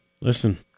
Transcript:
listen